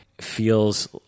feels